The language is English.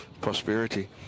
prosperity